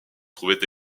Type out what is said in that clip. trouvait